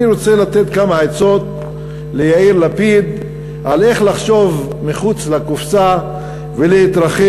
אני רוצה לתת כמה עצות ליאיר לפיד איך לחשוב מחוץ לקופסה ולהתרחק